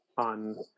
on